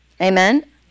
Amen